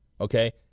Okay